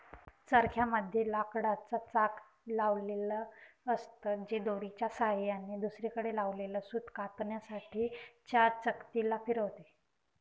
चरख्या मध्ये लाकडाच चाक लावलेल असत, जे दोरीच्या सहाय्याने दुसरीकडे लावलेल सूत कातण्यासाठी च्या चकती ला फिरवते